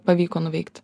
pavyko nuveikt